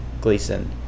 Gleason